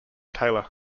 taylor